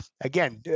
again